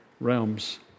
realms